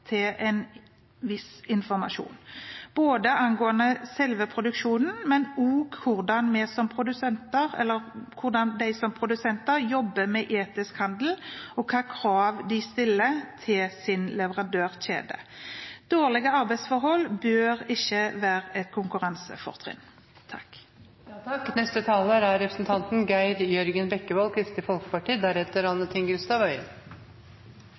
til en viss informasjon – både angående selve produksjonen og hvordan de som produsenter jobber med etisk handel, og hvilke krav de stiller til sin leverandørkjede. Dårlige arbeidsforhold bør ikke være et konkurransefortrinn. Lave lønninger, overtidspress, dårlig sikkerhet på arbeidsplassen og mangel på respekt for fagforeningsarbeid preger store deler av vareproduksjonen for verdensmarkedet. Det er